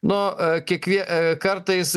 nuo e kiekvie kartais